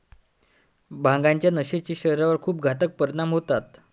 भांगाच्या नशेचे शरीरावर खूप घातक परिणाम होतात